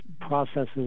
processes